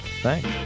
Thanks